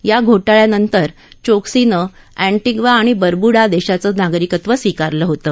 या घोटाळ्यानंतर चोक्सीनं एंटिग्वा आणि बरब्डा देशाचं नागरिकत्व स्विकारलं होतं